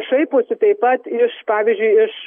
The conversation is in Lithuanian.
šaiposi taip pat iš pavyzdžiui iš